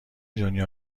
دنیا